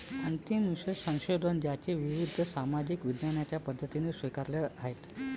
अंतिम विषय संशोधन ज्याने विविध सामाजिक विज्ञानांच्या पद्धती स्वीकारल्या आहेत